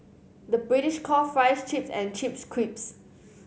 the British calls fries chips and chips crisps